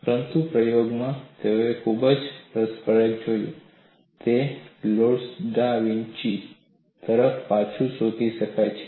પરંતુ પ્રયોગમાં તેઓએ કંઈક ખૂબ જ રસપ્રદ જોયું જે લિયોનાર્ડો દા વિન્સી તરફ પાછું શોધી શકાય છે